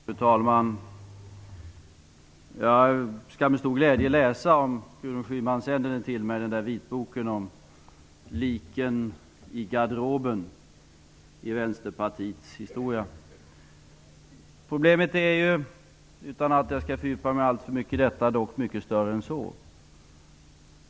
Fru talman! Jag skall med stor glädje läsa den där vitboken om liken i garderoben i Vänsterpartiets historia om Gudrun Schyman sänder mig den. Problemet är ju, utan att jag skall fördjupa mig alltför mycket i detta, mycket större än så.